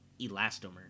elastomer